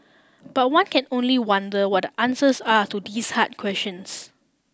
but one can only wonder what the answers are to these hard questions